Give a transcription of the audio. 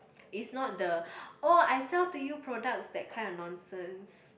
it's not the oh I sell to you products that kind of nonsense